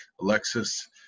Alexis